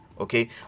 okay